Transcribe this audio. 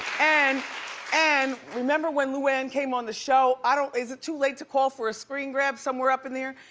and and remember when louanne came on the show. i don't, is it too late to call for a screen grab somewhere up in there?